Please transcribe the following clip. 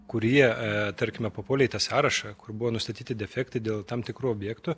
kurie tarkime papuolė į tą sąrašą kur buvo nustatyti defektai dėl tam tikrų objektų